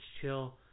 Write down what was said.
chill